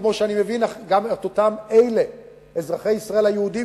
כמו שאני מבין גם את אותם אזרחי ישראל היהודים